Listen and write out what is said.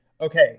okay